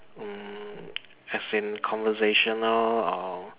mm as in conversational or